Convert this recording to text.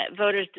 voters